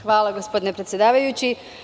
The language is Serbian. Hvala, gospodine predsedavajući.